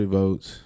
votes